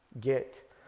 get